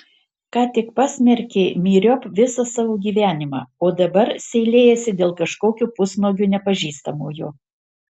ką tik pasmerkė myriop visą savo gyvenimą o dabar seilėjasi dėl kažkokio pusnuogio nepažįstamojo